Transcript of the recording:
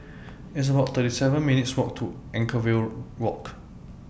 It's about thirty seven minutes' Walk to Anchorvale Walk